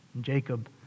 Jacob